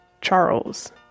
Charles